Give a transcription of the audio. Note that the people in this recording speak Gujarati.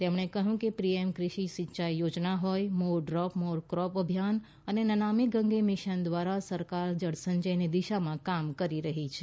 તેમણે કહ્યું કે પીએમ કૃષિ સિંચાઇ યોજના હોય મોર ડ્રોપ મોર ક્રોપ અભિયાન અને નમામી ગંગા મિશન દ્વારા સરકાર જળસંચયની દિશામાં કામ કરી રહી છે